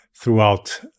Throughout